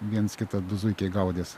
viens kitą du zuikiai gaudės